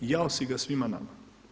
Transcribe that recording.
Jao si ga svima nama.